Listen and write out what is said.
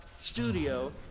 studio